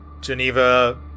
Geneva